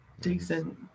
decent